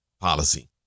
policy